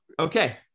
okay